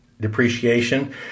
depreciation